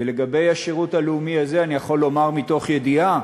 ולגבי השירות הלאומי הזה אני יכול לומר מתוך ידיעה,